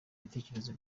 ibitekerezo